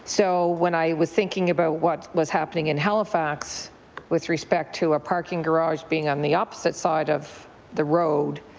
so when i was thinking about what was happening in halifax with respect to a parking garage being on the opposite side of the road,